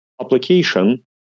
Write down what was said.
application